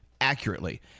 accurately